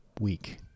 week